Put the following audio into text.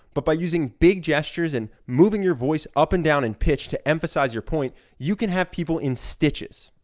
but by using big gestures and moving your voice up and down and pitch to emphasize your point, you can have people in stitches.